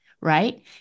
Right